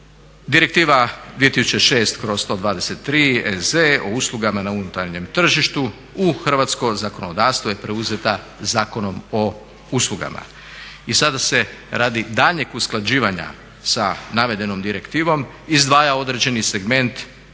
Direktiva 2006/123 EZ o uslugama na unutarnjem tržištu u hrvatsko zakonodavstvo je preuzeta Zakonom o uslugama. I sada se radi daljnjeg usklađivanja sa navedenom direktivom izdvaja određeni segment